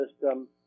system